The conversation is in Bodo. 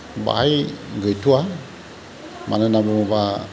बाहाय गैथ'वा मानो होन्ना बुङोबा